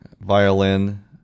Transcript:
violin